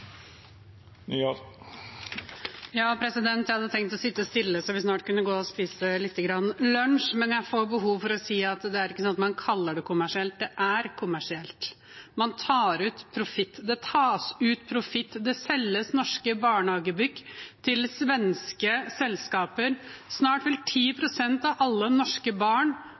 Jeg hadde tenkt å sitte stille, slik at vi snart kunne gå og spise litt lunsj, men jeg har behov for å si at det ikke er slik at man kaller det kommersielt – det er kommersielt. Man tar ut profitt, det tas ut profitt, det selges norske barnehagebygg til svenske selskaper. Snart vil 10 pst. av alle norske barn